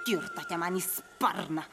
kirtote man į sparną